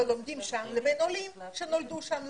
לומדים וחוזרים לבין עולים שנולדו שם,